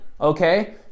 okay